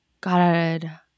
God